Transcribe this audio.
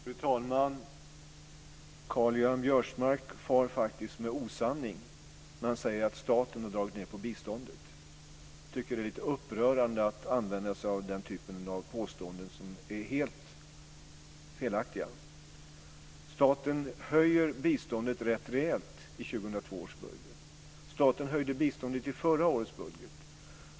Fru talman! Karl-Göran Biörsmark far med osanning när han säger att staten har dragit ned på biståndet. Det är upprörande att han gör den typen av påståenden, som är helt felaktiga. Staten höjer biståndet rätt rejält i 2002 års budget. Staten höjde biståndet i förra årets budget.